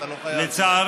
אתה לא חייב, לצערי,